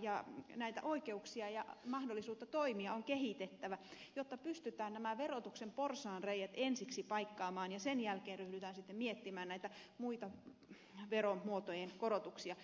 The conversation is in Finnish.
ja näitä oikeuksia ja mahdollisuutta toimia on kehitettävä jotta pystytään nämä verotuksen porsaanreiät ensiksi paikkaamaan ja sen jälkeen ryhdytään sitten miettimään näitä muita veromuotojen korotuksia